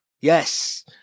Yes